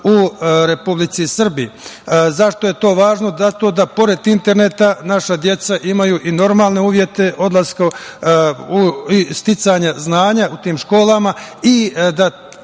u Republici Srbiji.Zašto je to važno? Zato da pored interneta naša deca imaju i normalne uslove odlaska i sticanja znanja u tim školama i da